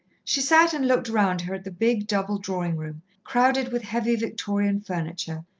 she sat and looked round her at the big, double drawing-room, crowded with heavy victorian furniture,